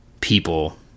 people